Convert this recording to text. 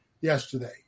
yesterday